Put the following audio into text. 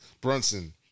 Brunson